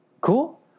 Cool